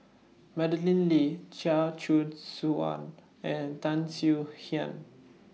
Madeleine Lee Chia Choo Suan and Tan Swie Hian